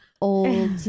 old